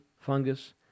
fungus